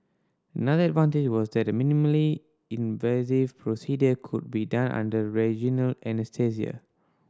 another advantage was that the minimally invasive procedure could be done under regional anaesthesia